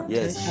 Yes